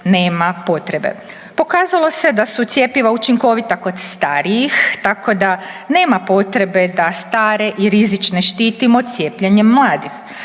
nema potrebe. Pokazalo se da su cjepiva učinkovita kod starijih tako da nema potrebe da stare i rizične štitimo cijepljenjem mladih.